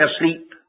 asleep